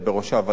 ועדת המשנה,